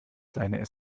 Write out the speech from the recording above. seine